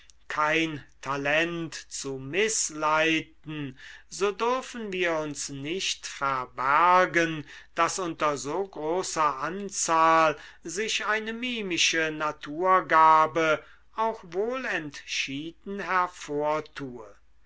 kein talent zu mißleiten so dürfen wir uns nicht verbergen daß unter so großer anzahl sich eine mimische naturgabe auch wohl